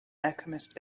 alchemist